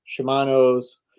Shimano's